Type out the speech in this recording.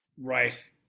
Right